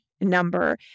Number